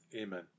Amen